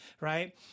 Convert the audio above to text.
right